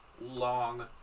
long